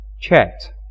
chat